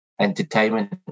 entertainment